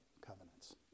covenants